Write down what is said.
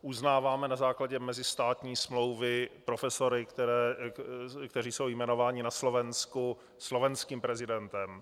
Uznáváme na základě mezistátní smlouvy profesory, kteří jsou jmenováni na Slovensku slovenským prezidentem.